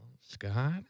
scott